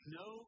no